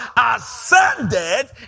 ascended